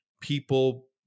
people